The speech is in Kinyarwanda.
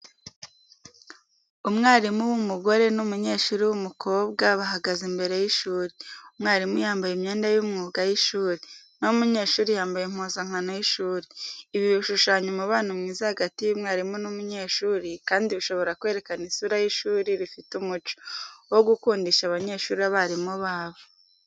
Umwarimu w'umugore n'umunyeshuri w'umukobwa bahagaze imbere y'ishuri. Umwarimu yambaye imyenda y'umwuga y'ishuri, na ho umunyeshuri yambaye impuzankano y'ishuri. Ibi bishushanya umubano mwiza hagati y'umwarimu n'umunyeshuri kandi bishobora kwerekana isura y'ishuri rifite umuco wo gukundisha abanyeshuri abarimu babo.